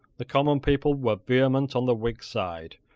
the common people were vehement on the whig side,